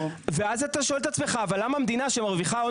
ואז אתה שואל את עצמך: למה מדינה שמרוויחה הון